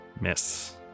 Miss